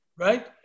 Right